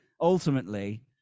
ultimately